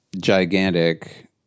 gigantic